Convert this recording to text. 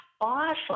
Awesome